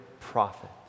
prophet